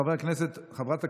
חבר הכנסת חמד עמאר,